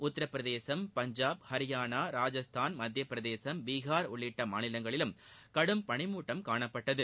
உத்தரபிரதேசம் பஞ்சாப் ஹரியானா ராஜஸ்தான் மத்தியபிரதேசம் பீகார் உள்ளிட்ட மாநிலங்களிலும் கடும் பளிமூட்டம் காணப்பட்டது